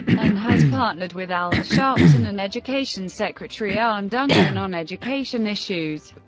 and has partnered with al sharpton and education secretary arne duncan on education issues.